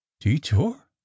detour